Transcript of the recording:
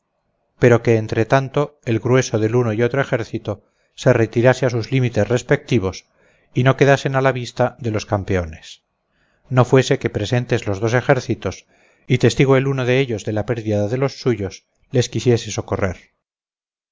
pero que entretanto el grueso de uno y otro ejército se retirase a sus límites respectivos y no quedasen a la vista de los campeones no fuese que presentes los dos ejércitos y testigo el uno de ellos de la pérdida de los suyos les quisiese socorrer